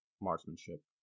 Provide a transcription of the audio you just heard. marksmanship